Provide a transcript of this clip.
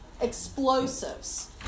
explosives